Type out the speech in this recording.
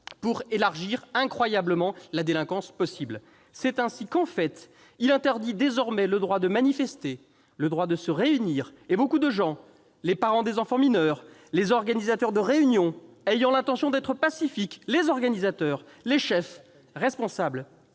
pour élargir incroyablement la délinquance possible. C'est ainsi qu'en fait il interdit désormais le droit de manifester, le droit de se réunir. Et beaucoup de gens, les parents des enfants mineurs, les organisateurs de réunions ayant l'intention d'être pacifiques, les organisateurs, les chefs, responsables,